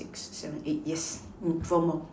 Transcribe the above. seventy yes four more